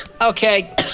Okay